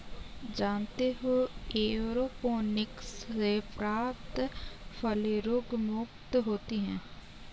जानते हो एयरोपोनिक्स से प्राप्त फलें रोगमुक्त होती हैं